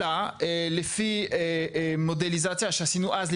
אלא שלפי מודליזציה שעשינו אז,